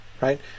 right